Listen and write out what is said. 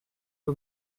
que